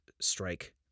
strike